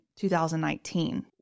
2019